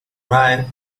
ride